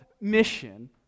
mission